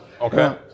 Okay